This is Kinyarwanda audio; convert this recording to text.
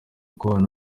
kubana